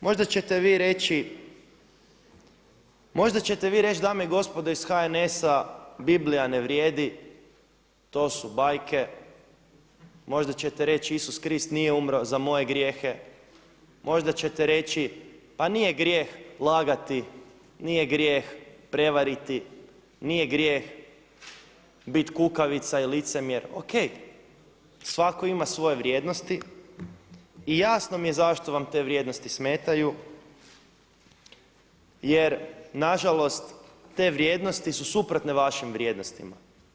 Možda ćete vi reći, možda ćete vi reći dame i gospodo iz HNS-a Biblija ne vrijedi, to su bajke, možda ćete reći Isus Krist nije umro za moje grijehe, možda ćete reći pa nije grijeh lagati, nije grijeh prevariti, nije grijeh biti kukavica i licemjer, ok, svatko ima svoje vrijednosti i jasno mi je zašto vam te vrijednosti smetaju jer nažalost te vrijednosti su suprotne vašim vrijednostima.